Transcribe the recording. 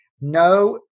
no